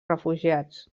refugiats